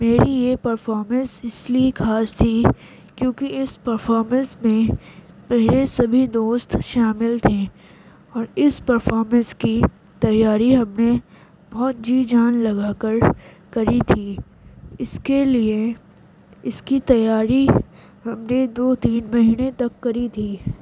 میری یہ پرفارمنس اس لیے خاص تھی کیونکہ اس پرفارمنس میں میرے سبھی دوست شامل تھے اور اس پرفارمنس کی تیاری ہم نے بہت جی جان لگا کر کری تھی اس کے لیے اس کی تیاری ہم نے دو تین مہینے تک کری تھی